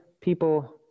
people